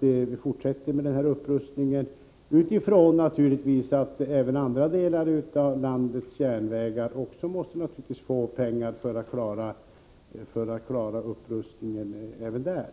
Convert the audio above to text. Den fortsatta upprustningen genomförs naturligtvis med utgångspunkt i att det måste anslås pengar även till andra delar av landets järnvägar, så att man kan klara en upprustning också av dem.